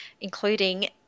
including